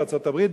בארצות-הברית,